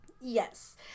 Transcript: Yes